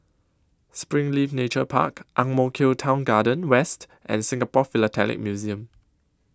Springleaf Nature Park Ang Mo Kio Town Garden West and Singapore Philatelic Museum